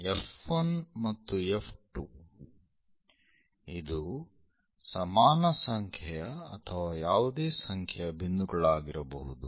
F1 ಮತ್ತು F2 ಇದು ಸಮಾನ ಸಂಖ್ಯೆಯ ಅಥವಾ ಯಾವುದೇ ಸಂಖ್ಯೆಯ ಬಿಂದುಗಳಾಗಿರಬಹುದು